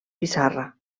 pissarra